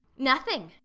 nothing.